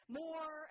more